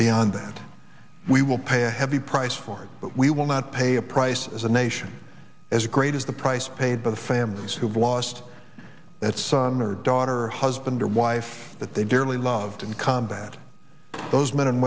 beyond that we will pay a heavy price for but we will not pay a price as a nation as great as the price paid by the families who've lost their son or daughter or husband or wife that they dearly loved in combat those men and